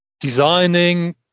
designing